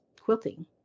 quilting